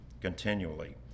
continually